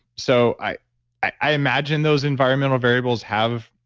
so i i imagine those environmental variables have